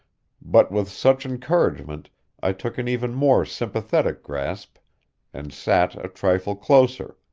but with such encouragement i took an even more sympathetic grasp and sat a trifle closer,